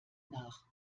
nach